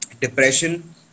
depression